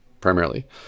Primarily